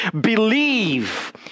Believe